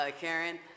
Karen